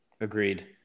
Agreed